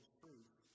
truth